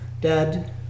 dead